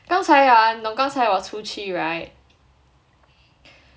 刚才 ah 你懂刚才我出去 [right]